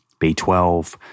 B12